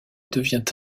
devient